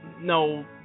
no